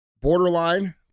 borderline